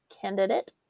candidate